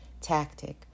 tactic